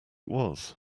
was